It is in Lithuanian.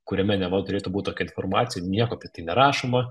kuriame neva turėtų būt tokia informacija nieko apie tai nerašoma